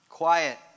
Quiet